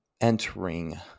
entering